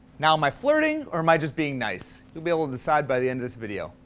now. am i flirting? or, am i just being nice? you'll be able to decide by the end of this video.